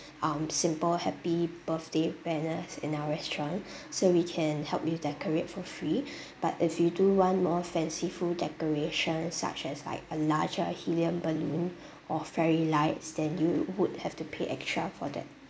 um simple happy birthday banners in our restaurant so we can help you decorate for free but if you do want more fanciful decorations such as like a larger helium balloon or fairy lights then you would have to pay extra for that